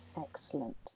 excellent